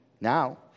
Now